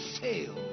fail